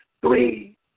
Three